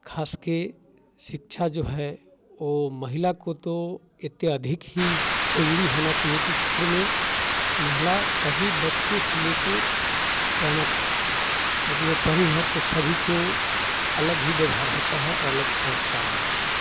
खास के शिक्षा जो है वो महिला को तो इतनी अधिक ही जरूरी होना चाहिए कि घर में महिला सभी बच्चे से ले के सयाना तक यदि वो पढ़ी है तो सभी को अलग ही व्यवहार होता है और अलग संस्कार आ जाता है